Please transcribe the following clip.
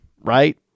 right